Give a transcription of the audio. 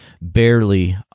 barely